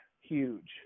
huge